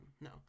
No